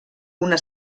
una